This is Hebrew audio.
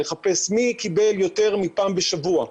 לחפש מי קיבל יותר מפעם בשבוע,